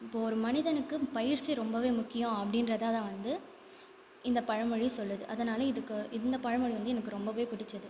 இப்போது ஒரு மனிதனுக்கு பயிற்சி ரொம்பவே முக்கியம் அப்படின்றததான் வந்து இந்த பழமொழி சொல்லுது அதனாலே இதுக்கு இந்த பழமொழி வந்து எனக்கு ரொம்பவே பிடித்தது